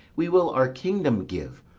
we will our kingdom give,